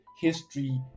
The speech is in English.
history